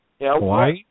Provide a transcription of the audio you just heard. White